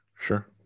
Sure